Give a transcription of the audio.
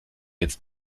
jetzt